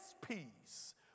peace